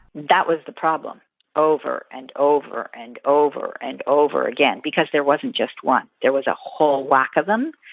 that was the problem over, and over, and over, and over again. because there wasn't just one. there was a whole whack of them,